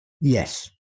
yes